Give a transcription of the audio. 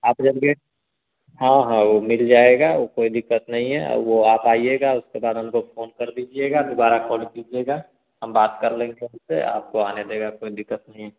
up जब दें हाँ हाँ वो मिल जाएगा वह कोई दिक्कत नहीं है और वह आप आइएगा उसके बाद हमको फ़ोन कर दीजिएगा दुबारा कॉल कीजिएगा हम बात कर लेंगे उससे आपको आने देगा कोई दिक्कत नहीं है